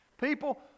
people